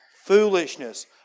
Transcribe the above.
foolishness